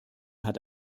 hat